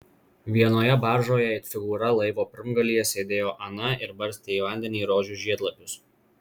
vienoje baržoje it figūra laivo pirmgalyje sėdėjo ana ir barstė į vandenį rožių žiedlapius